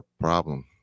problem